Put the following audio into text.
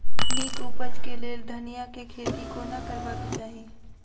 नीक उपज केँ लेल धनिया केँ खेती कोना करबाक चाहि?